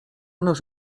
nuż